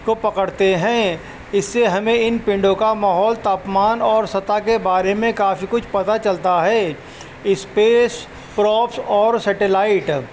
کو پکڑتے ہیں اس سے ہمیں ان پنیڈوں کا ماحول تاپمان اور سطح کے بارے میں کافی کچھ پتہ چلتا ہے اسپیس پرابس اور سیٹیلائٹ